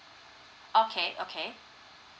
okay okay